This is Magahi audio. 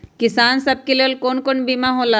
किसान सब के लेल कौन कौन सा बीमा होला?